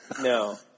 No